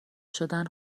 شدن